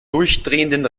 durchdrehenden